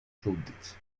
súbdits